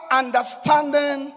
understanding